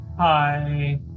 Hi